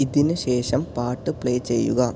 ഇതിന് ശേഷം പാട്ട് പ്ലേ ചെയ്യുക